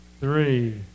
three